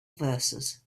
verses